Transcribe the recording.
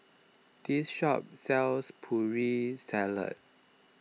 this shop sells Putri Salad